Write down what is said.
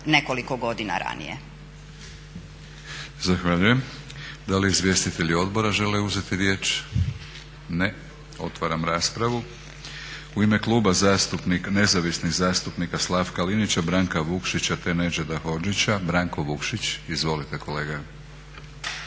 nekoliko godina ranije.